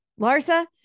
Larsa